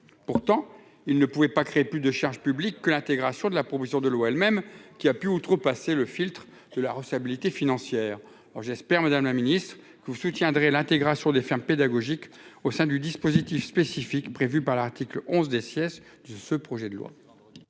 pourtant, il ne pouvait pas créer plus de charges publiques que l'intégration de la promotion de l'eau elle-même qui a pu outrepasser le filtre de la recevabilité financière, alors j'espère, Madame la Ministre, que vous soutiendrez l'intégration des fermes pédagogiques au sein du dispositif spécifique prévue par l'article 11 des sièges de ce projet de loi.